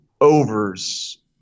overs